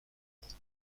encore